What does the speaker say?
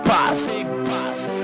Boss